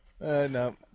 No